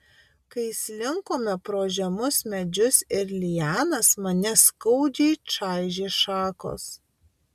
kai slinkome pro žemus medžius ir lianas mane skaudžiai čaižė šakos